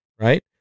right